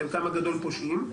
חלקם הגדול פושעים.